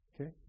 Okay